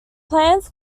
plans